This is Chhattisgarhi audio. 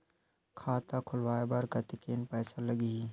खाता खुलवाय बर कतेकन पईसा लगही?